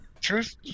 truth